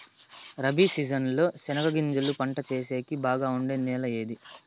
Rabi season లో చెనగగింజలు పంట సేసేకి బాగా ఉండే నెల ఏది?